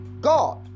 God